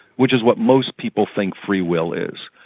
which is what most people think free will is.